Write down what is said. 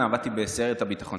ברעננה עבדתי בסיירת הביטחון.